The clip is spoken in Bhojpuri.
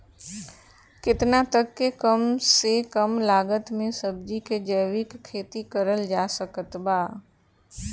केतना तक के कम से कम लागत मे सब्जी के जैविक खेती करल जा सकत बा?